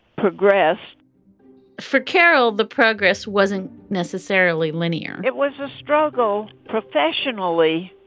progressed for carol the progress wasn't necessarily linear it was a struggle professionally.